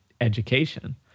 education